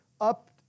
up